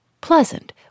Pleasant